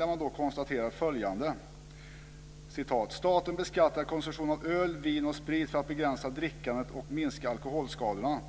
Där konstaterar man följande: "Staten beskattar konsumtion av öl, vin och sprit för att begränsa drickandet och minska alkoholskadorna.